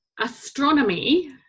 Astronomy